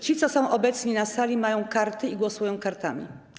Ci, co są obecni na sali, mają karty i głosują kartami.